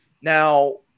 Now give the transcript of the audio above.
now